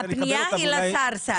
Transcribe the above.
הפנייה היא לשר, סאיד.